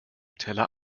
teller